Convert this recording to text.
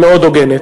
היא מאוד הוגנת: